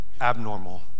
abnormal